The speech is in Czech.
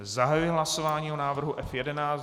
Zahajuji hlasování o návrhu F11.